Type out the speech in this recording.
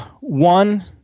One